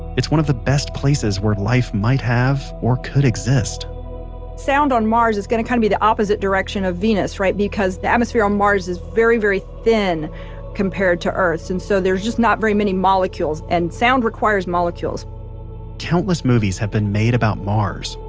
it's one of the best places where life might have, or could exist sound on mars is going to kind of be the opposite direction of venus because the atmosphere on mars is very, very thin compared to earth's and so there's just not very many molecules and sound requires molecules countless movies have been made about mars,